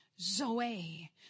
Zoe